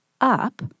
up